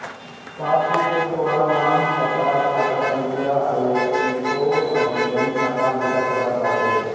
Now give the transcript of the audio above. passbook पे तोहार नाम, पता, खाता संख्या, आई.एफ.एस.सी कोड अउरी बैंक शाखा लिखल रहत बाटे